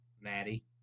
Maddie